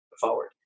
forward